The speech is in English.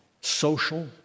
social